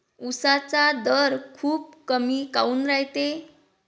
उसाचा दर खूप कमी काऊन रायते?